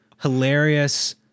hilarious